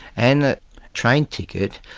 and a train ticket,